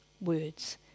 words